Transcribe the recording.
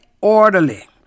orderly